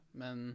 men